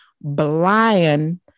blind